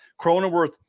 Cronenworth